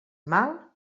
mal